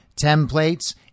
templates